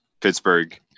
Pittsburgh